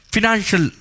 Financial